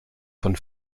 von